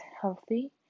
healthy